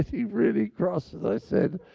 really cross. and i said,